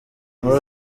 muri